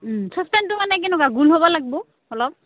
চচপেনটো মানে কেনেকুৱা গোল হ'ব লাগবো অলপ